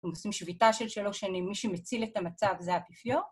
אנחנו עושים שביתה של שלוש שנים, מי שמציל את המצב זה האפיפיור.